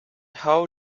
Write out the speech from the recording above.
how